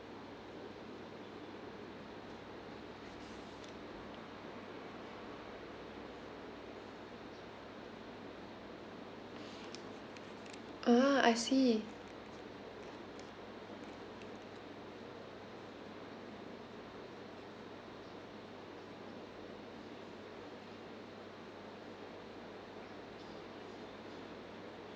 ah I see